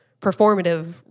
performative